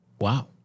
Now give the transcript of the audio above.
Wow